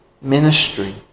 ministry